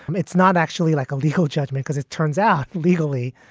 um it's not actually like a legal judgment because it turns out legally.